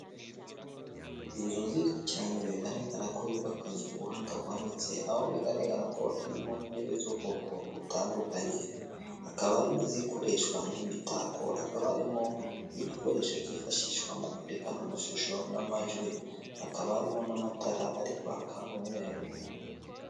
Inzu nziza cyane bigaragara ko yubakanye ubuhanga buhanitse, aho bigaragara ko harimo intebe z'ubwoko butandukanye. Hakaba hari n'izikoreshwa nk'imitako, hakaba harimo n'igikoresho cyifashishwa mu kwerekana amashusho n'amajwi. Hakaba harimo n'amatara ari kwaka umweru.